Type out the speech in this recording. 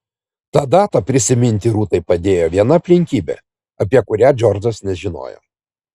tą datą prisiminti rūtai padėjo viena aplinkybė apie kurią džordžas nežinojo